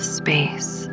space